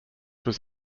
was